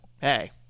hey